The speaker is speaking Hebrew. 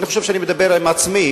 אני חושב שאני מדבר עם עצמי,